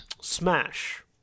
Smash